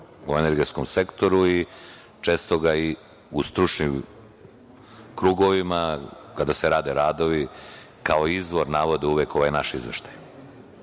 u energetskom sektoru i često ga u stručnim krugovima kada se rade radovi kao izvor navode uvek ovaj naš izveštaj. Sigurno